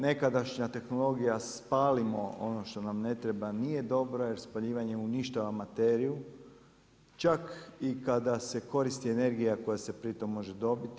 Nekadašnja tehnologija spalimo ono što nam ne treba nije dobra, jer spaljivanje uništava materiju čak i kada se koristi energija koja se pritom može dobiti.